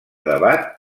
debat